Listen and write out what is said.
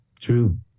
true